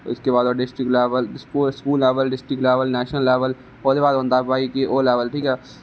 उसके बाद डिस्ट्रिक्ट लेबल स्कूल लेबल नेशनल लेबल ओह्दे बाद ओह् ओह्दा भाई